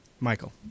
Michael